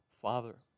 Father